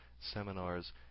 seminars